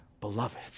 beloved